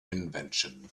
invention